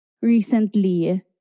recently